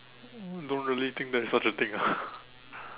don't really think there is such a thing ah